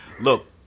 Look